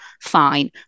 fine